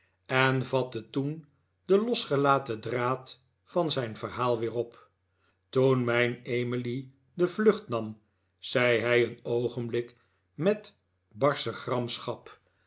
en vatte toen den losgelaten draad van zijn verhaal weer op toen mijn emily de vlucht nam zei hij een oogenblik met barsche